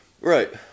Right